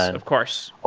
ah of course.